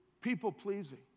people-pleasing